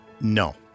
No